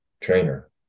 trainer